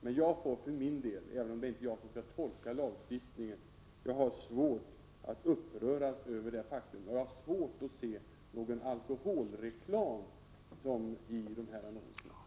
Men jag har för min del, även om det inte är jag som skall tolka lagstiftningen, svårt att uppröras över detta faktum, och jag har svårt att se att dessa annonser skulle innehålla någon alkoholreklam.